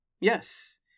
Yes